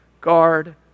guard